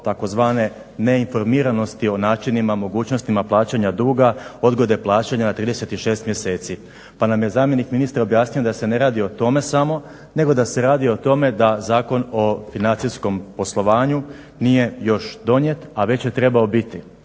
tzv. neinformiranosti o načinima mogućnostima plaćanja duga, odgode plaćanja 36 mjeseci. Pa nam je zamjenik ministra objasnio da se ne radio o tome samo nego da se radi o tome da Zakon o financijskom poslovanju nije još donijet, a već je trebao biti.